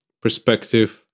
perspective